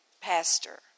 pastor